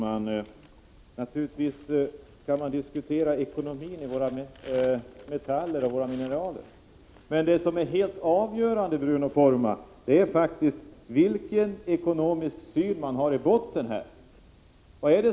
Herr talman! Naturligtvis kan man diskutera ekonomin i våra metaller och våra mineraler. Men det som är helt avgörande, Bruno Poromaa, är faktiskt vilken ekonomisk syn man har i botten.